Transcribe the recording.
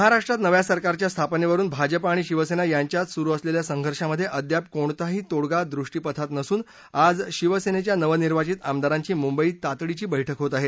महाराष्ट्रात नव्या सरकारच्या स्थापनेवरुन भाजप आणि शिवसेना यांच्यात सुरु असलेल्या संघर्षामध्ये अद्याप कोणताही तोडगा दृष्टीपथात नसून आज शिवसेनेच्या नवनिर्वाचित आमदारांची मुंबईत तातडीची बस्क होत आहे